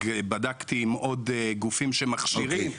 בדקתי עם עוד גופים שמכשירים,